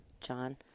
John